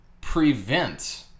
prevent